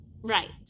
Right